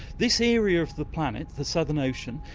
this area of the planet, the southern ocean,